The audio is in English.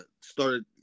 started